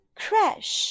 crash